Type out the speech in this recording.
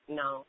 no